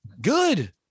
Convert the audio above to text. good